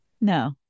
No